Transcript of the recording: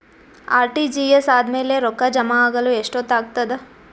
RTGS ಆದ್ಮೇಲೆ ರೊಕ್ಕ ಜಮಾ ಆಗಲು ಎಷ್ಟೊತ್ ಆಗತದ?